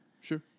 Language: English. Sure